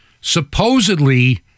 supposedly